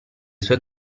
sue